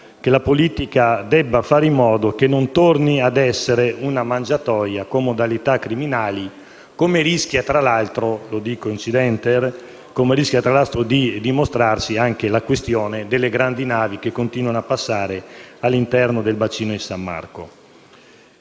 che la politica faccia in modo che non torni ad essere una mangiatoia con modalità criminali, come rischia tra l'altro, lo dico *incidenter*, di rivelarci e dimostrarci anche la questione delle grandi navi da crociera che continuano a passare all'interno del bacino di San Marco.